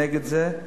נגד זה,